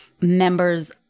members